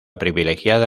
privilegiada